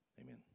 Amen